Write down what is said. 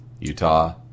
Utah